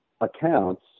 accounts